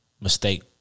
mistake